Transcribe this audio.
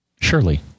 Surely